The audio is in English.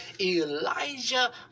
Elijah